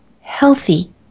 healthy